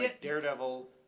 Daredevil